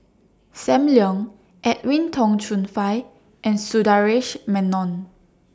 SAM Leong Edwin Tong Chun Fai and Sundaresh Menon